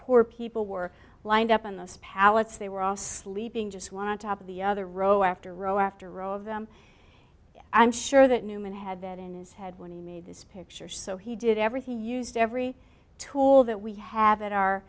poor people were lined up on the pallets they were all sleeping just want top of the other row after row after row of them i'm sure that newman had that in his head when he made this picture so he did everything he used every tool that we have at our